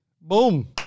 Boom